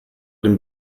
den